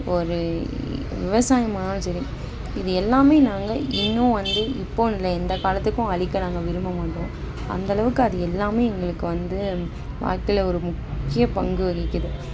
ஒரு விவசாயமானாலும் சரி இது எல்லாம் நாங்கள் இன்றும் வந்து இப்போனு இல்லை எந்த காலத்துக்கும் அழிக்க நாங்கள் விரும்ப மாட்டோம் அந்த அளவுக்கு அது எல்லாம் எங்களுக்கு வந்து வாழ்க்கையில ஒரு முக்கிய பங்கு வகிக்கிது